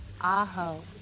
Aho